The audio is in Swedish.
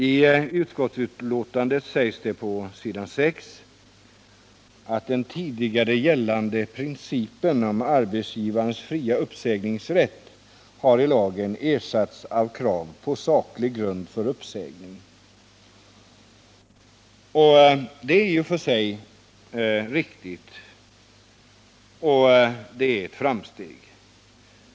I utskottsbetänkandet sägs på s. 6: ”Den tidigare gällande principen om arbetsgivarens fria uppsägningsrätt har i lagen ersatts av krav på saklig grund för uppsägning.” Det är i och för sig riktigt, och det är ett framsteg.